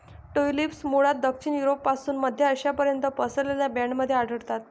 tulips मूळतः दक्षिण युरोपपासून मध्य आशियापर्यंत पसरलेल्या बँडमध्ये आढळतात